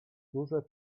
duże